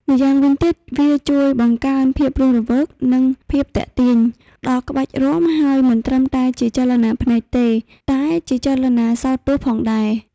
ម្យ៉ាងវិញទៀតវាជួយបង្កើនភាពរស់រវើកនិងភាពទាក់ទាញ ដល់ក្បាច់រាំហើយមិនត្រឹមតែជាចលនាភ្នែកទេ តែជាចលនាសោតទស្សន៍ផងដែរ។